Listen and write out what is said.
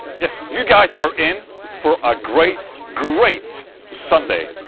yes you guys are in for a great great sunday